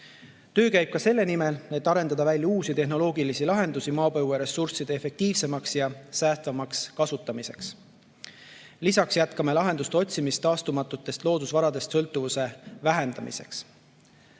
Töö käib ka selle nimel, et arendada välja uusi tehnoloogilisi lahendusi maapõueressursside efektiivsemaks ja säästvamaks kasutamiseks. Lisaks jätkame lahenduste otsimist taastumatutest loodusvaradest sõltuvuse vähendamiseks.